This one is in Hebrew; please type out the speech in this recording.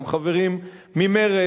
גם חברים ממרצ,